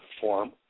form